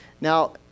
Now